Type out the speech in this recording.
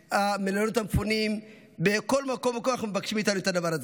במלונות המפונים ובכל מקום ומקום מבקשים מאיתנו את הדבר הזה.